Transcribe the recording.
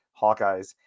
Hawkeyes